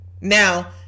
Now